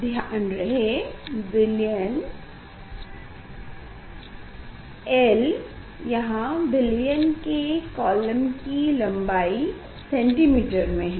ध्यान रहे l विलयन के कॉलम की लम्बाई सेंटीमीटर में है